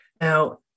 Now